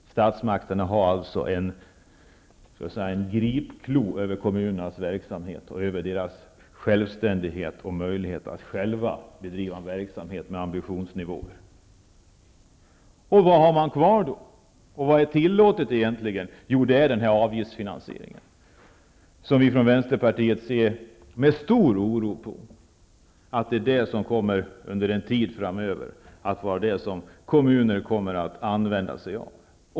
Statsmakterna har alltså en gripklo över kommunernas verksamhet, deras självständighet och möjlighet att själva bedriva en verksamhet med hög ambitionsnivå. Vad har man då kvar? Vad är egentligen tillåtet? Jo, det är avgiftsfinansieringen, något som vi från Vänsterpartiet ser med stor oro på. Det är det som kommunerna under en tid framöver kommer att använda sig av.